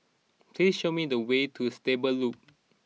please show me the way to Stable Loop